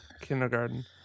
kindergarten